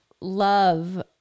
love